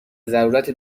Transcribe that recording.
ضرورت